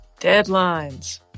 Deadlines